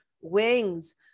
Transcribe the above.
Wings